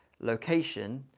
location